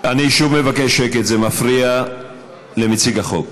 אני שוב מבקש שקט, זה מפריע למציג החוק.